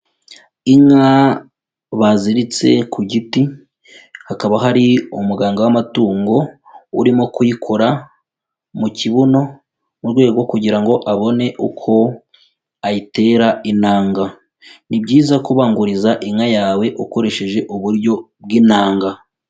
Inka baziritse ku giti, hakaba hari umuganga w'amatungo urimo kuyikora mu kibuno mu rwego kugira ngo abone uko ayitera inanga. Ni byiza kubanguriza inka yawe, ukoresheje uburyo bw'inanga.